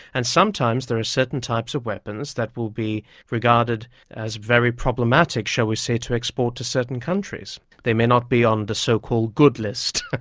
and sometimes there are certain types of weapons that will be regarded as very problematic, shall we say, to export to certain countries. they may not be on the so-called good list,